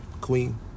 queen